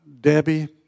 Debbie